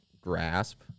grasp